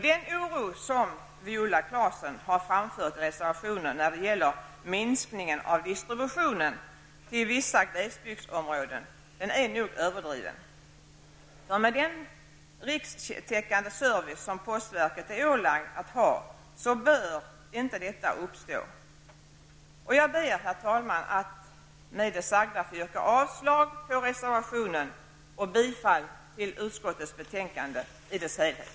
Den oro som Viola Claesson har framfört i reservationen när det gäller minskningen av distributionen till vissa glesbygdsområden är nog överdriven. Med den rikstäckande service som postverket är ålagt att ha, bör inte detta uppstå. Jag ber, herr talman, att med det sagda få yrka avslag på reservationen och bifall till utskottets hemställan i dess helhet.